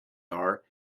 are